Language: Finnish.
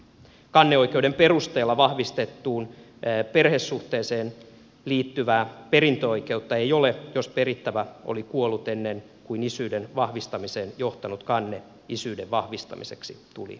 kanneoikeuden perusteella vahvistettuun perhesuhteeseen liittyvää perintöoikeutta ei ole jos perittävä oli kuollut ennen kuin isyyden vahvistamiseen johtanut kanne isyyden vahvistamiseksi tuli vireille